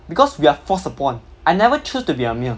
because we are forced upon I never choose to be a male